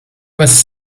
was